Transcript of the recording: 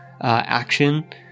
Action